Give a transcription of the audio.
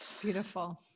Beautiful